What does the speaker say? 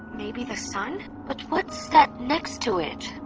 maybe the sun? but what's that next to it?